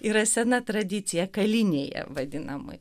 yra sena tradicija kalinėja vadinamai